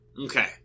Okay